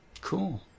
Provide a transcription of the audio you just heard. cool